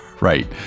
right